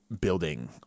building